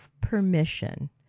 permission